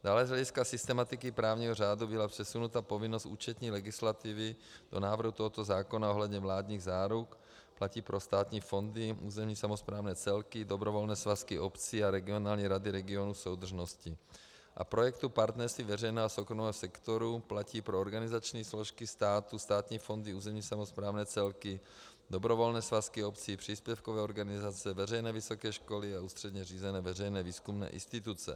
Dále z hlediska systematiky právního řádu byla přesunuta povinnost účetní legislativy do návrhu tohoto zákona ohledně vládních záruk platí pro státní fondy, územní samosprávné celky, dobrovolné svazky obcí a regionální rady regionů soudržnosti a projektů partnerství veřejného a soukromého sektoru, platí pro organizační složky státu, státní fondy, územní samosprávné celky, dobrovolné svazky obcí, příspěvkové organizace, veřejné vysoké školy a ústředně řízené veřejné výzkumné instituce.